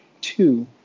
two